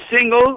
single